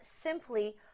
simply